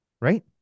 Right